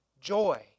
joy